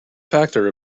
factor